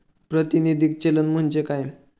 प्रातिनिधिक चलन म्हणजे काय?